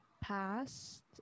past